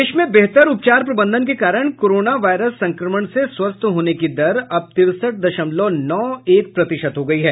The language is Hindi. देश में बेहतर उपचार प्रबंधन के कारण कोरोना वायरस संक्रमण से स्वस्थ होने की दर अब तिरसठ दशमलव नौ एक प्रतिशत हो गयी है